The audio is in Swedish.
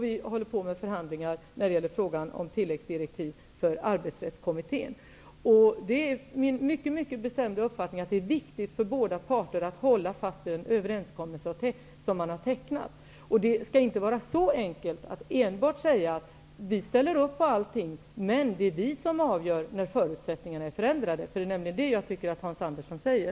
Vi för förhandlingar om tilläggsdirektiv för Det är min mycket bestämda uppfattning att det är viktigt för båda parter att hålla fast vid den överenskommelse man har träffat. Det skall inte vara så enkelt som att enbart säga: Vi ställer upp på allting, men det är vi som avgör när förutsättningarna är förändrade. Det är nämligen det jag tycker att Hans Andersson säger.